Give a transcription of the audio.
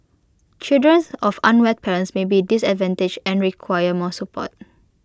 children of unwed parents may be disadvantaged and require more support